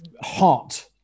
hot